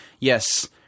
Yes